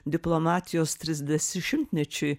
diplomatijos trisdešimtmečiui